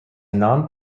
non